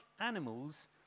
animals